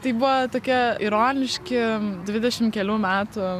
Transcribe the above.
tai buvo tokie ironiški dvidešimt kelių metų